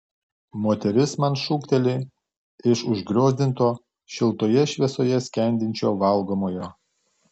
moteris man šūkteli iš užgriozdinto šiltoje šviesoje skendinčio valgomojo